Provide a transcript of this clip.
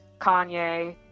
kanye